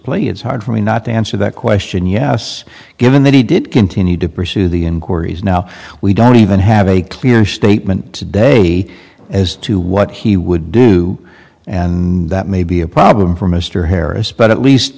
play it's hard for me not to answer that question yes given that he did continue to pursue the inquiries now we don't even have a clear statement today as to what he would do and that may be a problem for mr harris but at least